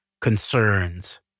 concerns